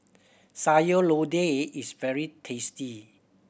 Sayur Lodeh is very tasty